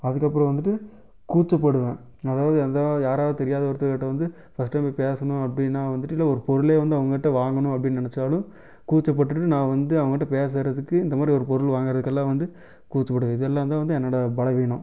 அதற்கப்பறம் வந்துவிட்டு கூச்சப்படுவேன் அதாவது வந்து யாராவது தெரியாத ஒருத்தர்கிட்ட வந்து ஃபர்ஸ்ட் வந்து போய் பேசணும் அப்படின்னா வந்துவிட்டு இல்லை ஒரு பொருளே வந்து அவங்கக்கிட்ட வாங்கணும் அப்படின்னு நினச்சாலும் கூச்சப்பட்டுகிட்டு நான் வந்து அவங்கட்ட பேசறதுக்கு இந்த மாரி ஒரு பொருள் வாங்கறதுக்கெல்லாம் வந்து கூச்சப்படுவேன் இதெல்லாம் தான் வந்து என்னோட பலவீனம்